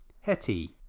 Hetty